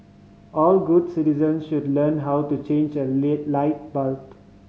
all good citizens should learn how to change a lit light bulb